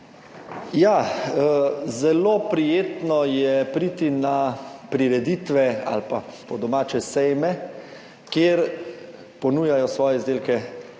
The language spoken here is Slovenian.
dan! Zelo prijetno je priti na prireditve ali pa po domače sejme, kjer ponujajo svoje izdelke